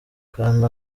kanda